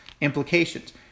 implications